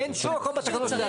אין שום מקום בתקנון.